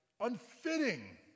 unfitting